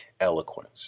eloquence